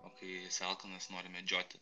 o kai esi alkanas nori medžioti